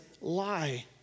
lie